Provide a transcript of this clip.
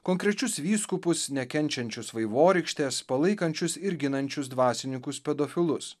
konkrečius vyskupus nekenčiančius vaivorykštės palaikančius ir ginančius dvasininkus pedofilus